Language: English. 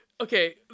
okay